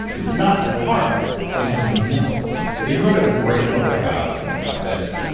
it's not that hard you just have to know so you wrote a great book about about this,